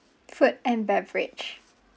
food and beverage